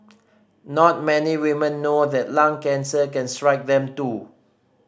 not many women know that lung cancer can strike them too